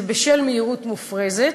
זה בשל מהירות מופרזת,